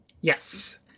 Yes